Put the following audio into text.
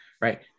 right